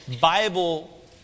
Bible